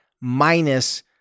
minus